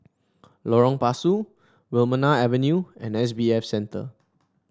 Lorong Pasu Wilmonar Avenue and S B F Center